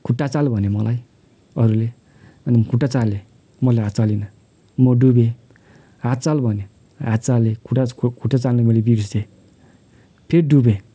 खुट्टा चाल भन्यो मलाई अरूले अनि खुट्टा चालेँ मैले हात चालिनँ म डुबेँ हात चाल भन्यो हात चालेँ खुट्टा खुट्टा चाल्न मैले बिर्सेँ त्यो डुबेँ